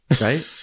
Right